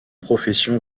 profession